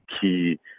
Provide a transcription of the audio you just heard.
key